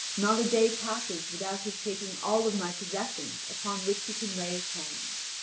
not a day passes without his taking all of my possessions upon which he can lay his hands.